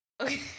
Okay